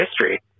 history